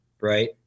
right